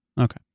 Okay